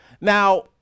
Now